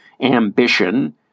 ambition